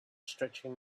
stretching